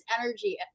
energy